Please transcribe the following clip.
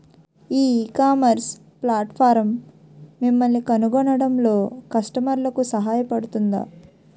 ఈ ecommerce platform మిమ్మల్ని కనుగొనడంలో కస్టమర్లకు సహాయపడుతుందా?